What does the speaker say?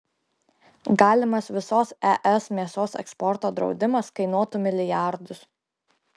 galimas visos es mėsos eksporto draudimas kainuotų milijardus